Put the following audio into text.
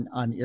on